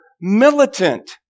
militant